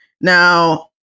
now